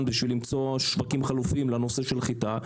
בשביל למצוא שווקים חלופיים לנושא של חיטה,